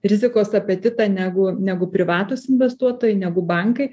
rizikos apetitą negu negu privatūs investuotojai negu bankai